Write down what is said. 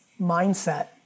mindset